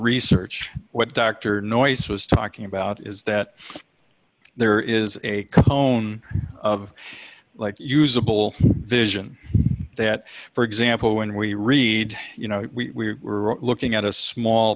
research what dr noice was talking about is that there is a cone of light usable vision that for example when we read you know we were looking at a small